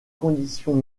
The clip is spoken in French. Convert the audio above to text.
conditions